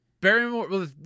Barrymore